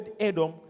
Adam